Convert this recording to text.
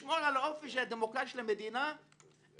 ולעשות זאת,